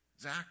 Zach